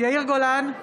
יאיר גולן,